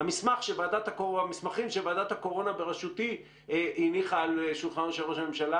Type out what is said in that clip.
במבחן התוצאה אנחנו נבדוק את הקרנות החדשות בערבות מדינה שאושרו,